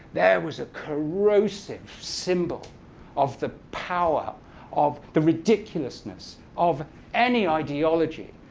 there was a corrosive symbol of the power of the ridiculousness of any ideology,